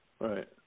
Right